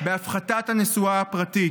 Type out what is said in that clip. בהפחתת הנסועה הפרטית.